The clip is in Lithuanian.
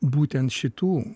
būtent šitų